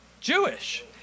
Jewish